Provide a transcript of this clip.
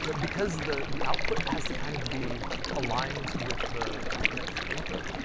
because the the output has to kind of be aligned with the next input,